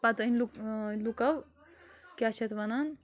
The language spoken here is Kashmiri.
پتہِ أنۍ لُکَو کیٛاہ چھِ یَتھ وَنان